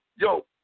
Yo